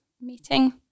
meeting